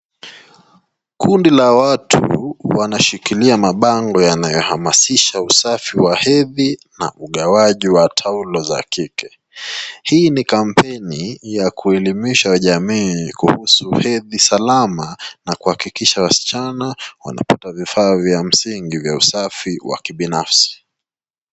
Kundi la watu wanashikilia mabango yanayohamasisha usafi wa hedhi na ugawaji wa taulo za kike, hii ni kampeni ya kuelimisha jamii kuhusu hedhi salama na kuhakikisha wasichana wanapata vifaa vya msingi vya usafi vya kibinafsi.